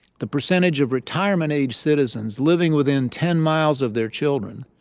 the percentage of retirement-age citizens living within ten miles of their children,